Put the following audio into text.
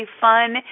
fun